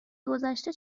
گذشته